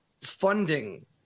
funding